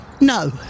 No